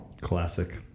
Classic